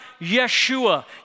Yeshua